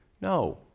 No